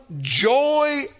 joy